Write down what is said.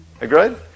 Agreed